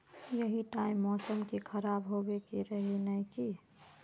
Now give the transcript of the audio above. यही टाइम मौसम के खराब होबे के रहे नय की?